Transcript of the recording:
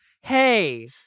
hey